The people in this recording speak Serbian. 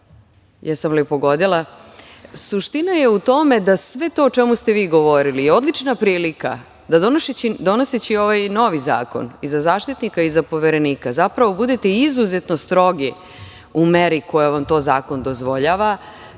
sam pogodila. Suština je u tome da sve to o čemu ste govorili je odlična prilika, da donoseći ovaj novi zakon i za Zaštitnika i za Poverenika, zapravo budete izuzetno strogi u meri kojoj vam to zakon dozvoljava